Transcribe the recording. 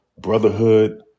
brotherhood